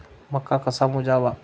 मका कसा मोजावा?